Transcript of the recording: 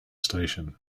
station